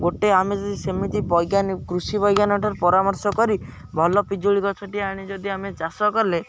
ଗୋଟେ ଆମେ ଯଦି ସେମିତି ବୈଜ୍ଞାନିକ କୃଷି ବୈଜ୍ଞାନିକଠାରୁ ପରାମର୍ଶ କରି ଭଲ ପିଜୁଳି ଗଛଟି ଆଣି ଯଦି ଆମେ ଚାଷ କଲେ